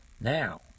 Now